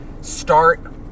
start